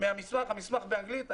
מהמסמך באנגלית.